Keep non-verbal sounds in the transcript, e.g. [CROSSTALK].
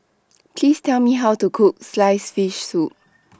[NOISE] Please Tell Me How to Cook Sliced Fish Soup